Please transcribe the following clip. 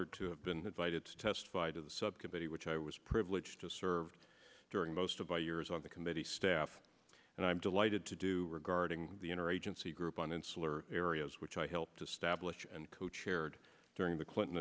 testimony to have been invited to testify to the subcommittee which i was privileged to serve during most of my years on the committee staff and i'm delighted to do regarding the inner agency group on insular areas which i helped establish and co chaired during the clinton